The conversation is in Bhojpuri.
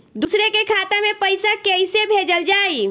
दूसरे के खाता में पइसा केइसे भेजल जाइ?